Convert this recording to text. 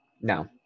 No